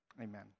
Amen